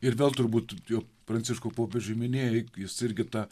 ir vėl turbūt jo pranciškų popiežių minėjai jis irgi tą